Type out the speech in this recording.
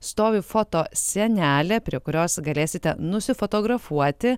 stovi foto sienelė prie kurios galėsite nusifotografuoti